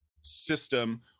system